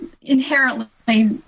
inherently